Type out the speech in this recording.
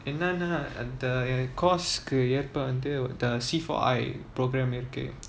என்னனா வந்து:ennanaa vanthu course கு ஏற்ப வந்து:ku yetpa vanthu the C four I program இருக்கு:iruku